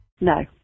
No